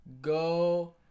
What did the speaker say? Go